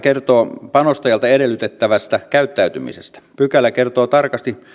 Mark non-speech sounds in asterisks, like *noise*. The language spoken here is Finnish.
*unintelligible* kertoo panostajalta edellytettävästä käyttäytymisestä pykälä kertoo tarkasti